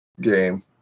game